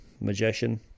magician